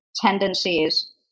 tendencies